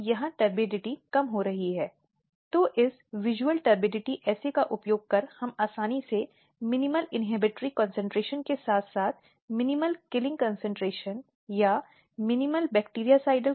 हम उन कुछ फ़ैसलों पर गौर करने की कोशिश करेंगे जो दिए गए हैं उनमें से कई या उनमें से सैकड़ों हैं